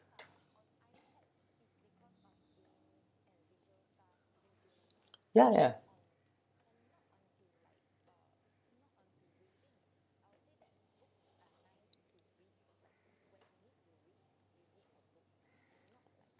why ah